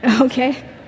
Okay